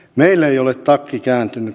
meillä ei ole takki kääntynyt